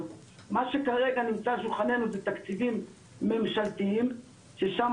מה שכרגע נמצא על שולחננו זה תקציבים ממשלתיים ששם